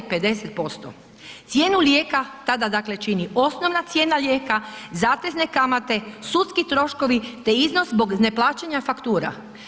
Cijenu lijeka tada čini osnovna cijena lijeka, zatezne kamate, sudski troškovi te iznos zbog neplaćanja faktura.